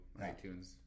iTunes